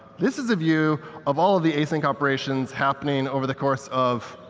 this is a view of all of the async operations happening over the course of